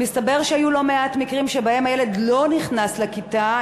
מסתבר שהיו לא מעט מקרים שבהם הילד לא נכנס לכיתה,